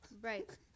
Right